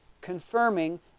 confirming